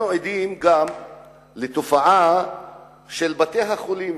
אנחנו עדים גם לתופעה של בתי-החולים,